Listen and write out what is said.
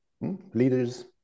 leaders